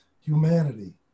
humanity